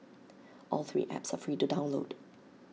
all three apps are free to download